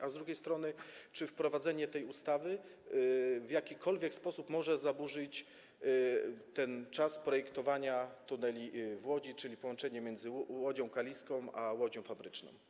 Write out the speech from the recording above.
A z drugiej strony czy wprowadzenie tej ustawy w jakikolwiek sposób może zaburzyć ten czas projektowania tuneli w Łodzi, czyli połączenie między Łodzią Kaliską a Łodzią Fabryczną?